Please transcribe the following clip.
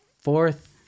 fourth